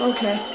Okay